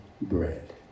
bread